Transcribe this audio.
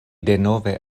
denove